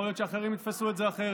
יכול להיות שאחרים יתפסו את זה אחרת.